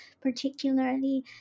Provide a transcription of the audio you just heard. particularly